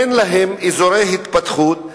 אין להן אזורי התפתחות,